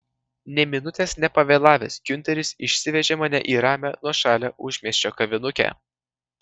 nė minutės nepavėlavęs giunteris išsivežė mane į ramią nuošalią užmiesčio kavinukę